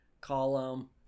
column